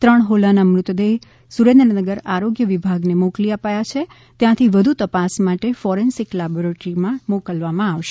ત્રણ હોલાના મૃતદેહ સુરેન્દ્રનગર આરોગ્ય વિભાગને મોકલી અપાયા છે ત્યાંથી વધુ તપાસ માટે ફોરેન્સિક લેબોરેટરીમાં મોકલવામાં આવશે